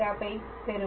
ஐப் பெறுவோம்